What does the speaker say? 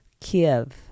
Kyiv